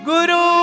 Guru